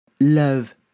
love